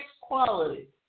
quality